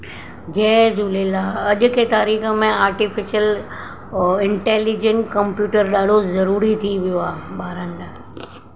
जय झूलेलाल अॼु के तारीख़ में आर्टिफिशियल उहो इंटेलिजेंट कंप्यूटर ॾाढो ज़रूरी थी वियो आहे ॿारनि लाइ